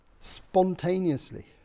spontaneously